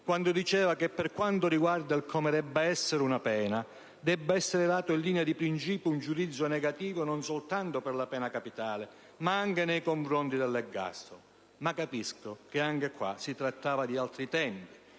quando diceva che «per quanto riguarda il come debba essere una pena, debba essere dato in linea di principio un giudizio negativo non soltanto per la pena capitale (...) ma anche nei confronti dell'ergastolo». Ma capisco che si trattava di altri tempi.